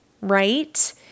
right